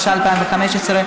התשע"ה 2015,